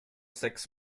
sechs